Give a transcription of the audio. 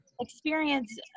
experience